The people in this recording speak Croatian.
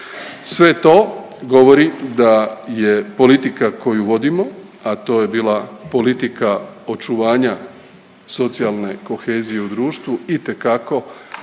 Sve to govori da je politika koju vodimo, a to je bila politika očuvanja socijalne kohezije u društvu, itekako